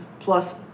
plus